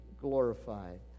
glorified